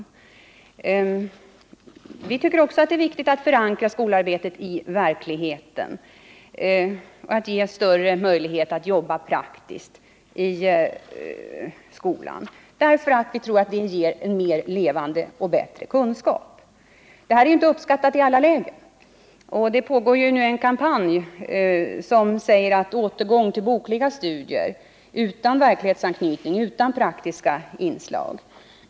Även vi tycker att det är riktigt att förankra skolarbetet i verkligheten, att det ges större möjligheter att jobba praktiskt i skolan. Vi tror att det ger mer levande och bättre kunskaper. Men detta är inte uppskattat i alla läger, och det pågår nu en kampanj som kräver återgång till bokliga studier utan verklighetsanknytning och praktiska inslag.